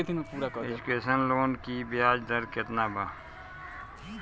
Education loan की ब्याज दर केतना बा?